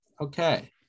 Okay